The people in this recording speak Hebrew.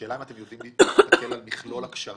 השאלה אם אתם יודעים את מכלול הקשרים,